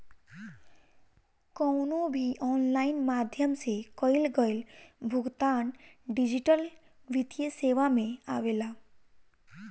कवनो भी ऑनलाइन माध्यम से कईल गईल भुगतान डिजिटल वित्तीय सेवा में आवेला